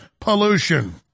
pollution